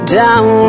down